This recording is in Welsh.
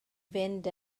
fynd